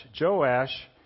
Joash